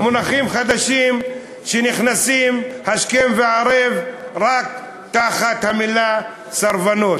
מונחים חדשים שנכנסים השכם והערב רק תחת המילה "סרבנות".